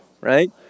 right